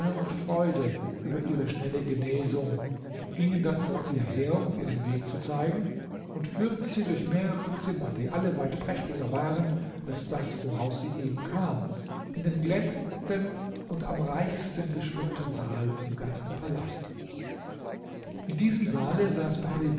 und freude über ihre schnelle genesung gingen dann vor ihr her um ihr den weg zu zeigen und führten sie durch mehrere zimmer die alle weit prächtiger waren als das woraus sie eben kam in den glänzendsten und am reichsten geschmückten saal im ganzen palast in diesem saale saß